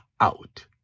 out